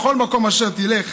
לכל מקום אשר תלך.